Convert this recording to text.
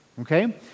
okay